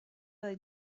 ore